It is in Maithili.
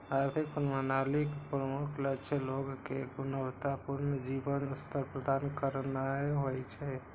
आर्थिक प्रणालीक प्रमुख लक्ष्य लोग कें गुणवत्ता पूर्ण जीवन स्तर प्रदान करनाय होइ छै